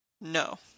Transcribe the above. No